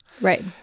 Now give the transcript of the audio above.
Right